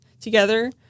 together